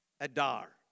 Adar